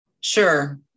Sure